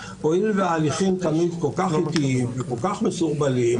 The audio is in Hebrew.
משום שעילת הסבירות הפכה כל כך מעורפלת וכמעט בלתי ידועה,